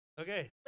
Okay